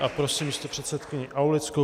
A prosím místopředsedkyni Aulickou.